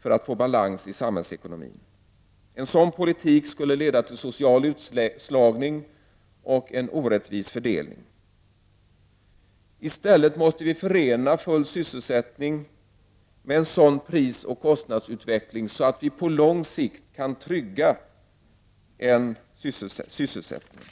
för att få balans i samhällsekonomin. En sådan politik skulle leda till social utslagning och en orättvis fördelning. I stället måste vi förena full sysselsättning med en sådan prisoch kostnadsutveckling att vi på lång sikt kan trygga sysselsättningen.